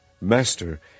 Master